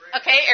Okay